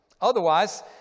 Otherwise